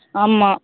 ஆமாம்